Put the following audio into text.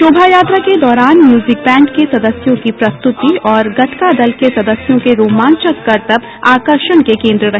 शोभा यात्रा के दौरान म्यूजिक बैंड के सदस्यों की प्रस्तुति और गतका दल के सदस्यों के रोमांचक करतब आकर्षण के केन्द्र रहे